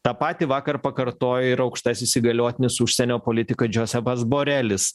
tą patį vakar pakartojo ir aukštasis įgaliotinis užsienio politika džozefas borelis